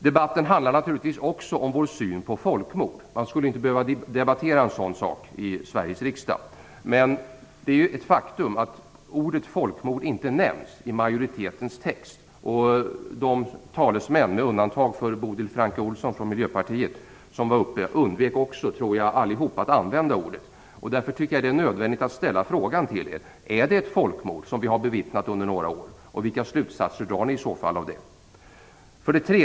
Debatten handlar naturligtvis också om vår syn på folkmord. Man skulle inte behöva debattera en sådan sak i Sveriges riksdag, men det är ett faktum att ordet folkmord inte nämns i majoritetens text. Jag tror också att alla talesmän som har varit uppe i debatten, med undantag från Bodil Francke Ohlsson från Miljöpartiet, undvek att använda ordet. Därför är det nödvändigt att fråga er: Är det ett folkmord som vi har bevittnat under några år? Vilka slutsatser drar ni i så fall av det?